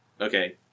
okay